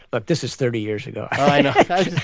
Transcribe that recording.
look. this is thirty years ago right.